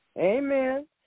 Amen